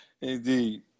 Indeed